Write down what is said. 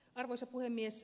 arvoisa puhemies